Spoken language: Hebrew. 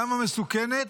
למה מסוכנת?